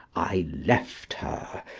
i left her,